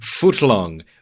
footlong